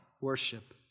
worship